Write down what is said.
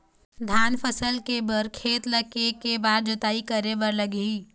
धान फसल के बर खेत ला के के बार जोताई करे बर लगही?